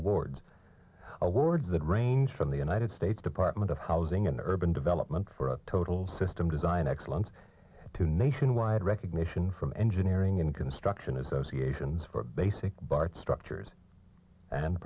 awards awards that range from the united states department of housing and urban development for a total system design excellence to nationwide recognition from engineering and construction is associate and basic bart structures and